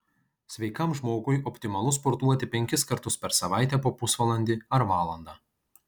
sveikam žmogui optimalu sportuoti penkis kartus per savaitę po pusvalandį ar valandą